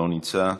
לא נמצא,